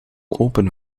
open